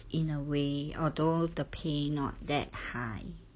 in a way although the pay not that high